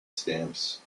stamps